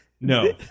No